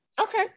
Okay